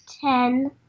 Ten